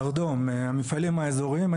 ערדום, המפעלים האזוריים.